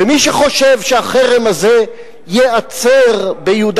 ומי שחושב שהחרם הזה ייעצר ביהודה